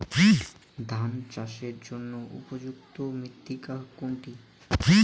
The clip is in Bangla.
ধান চাষের জন্য উপযুক্ত মৃত্তিকা কোনটি?